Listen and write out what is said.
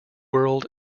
world